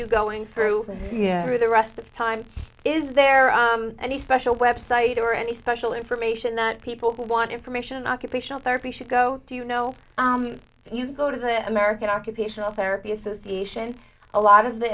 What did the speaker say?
yeah through the rest of the time is there any special website or any special information that people who want information occupational therapy should go to you know you go to the american occupational therapy association a lot of the